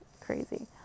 crazy